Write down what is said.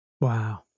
Wow